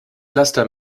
laster